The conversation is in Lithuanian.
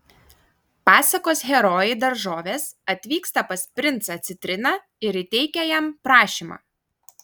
pasakos herojai daržovės atvyksta pas princą citriną ir įteikia jam prašymą